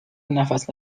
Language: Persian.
نفس